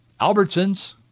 Albertsons